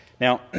Now